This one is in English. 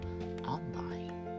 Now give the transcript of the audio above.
online